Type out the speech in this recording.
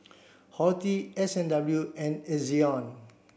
Horti S and W and Ezion